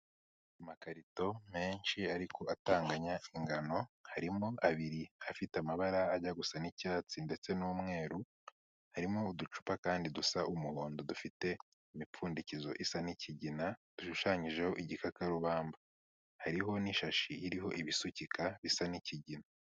Amakarito menshi ariko atanganya ingano, harimo abiri afite amabara ajya gusa n'icyatsi ndetse n'umweru, harimo uducupa kandi dusa umuhondo dufite imipfundikizo isa n'ikigina, dushushanyijeho igikakarubamba, hariho n'ishashi iriho ibisukika bisa n'ikigina.